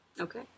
Okay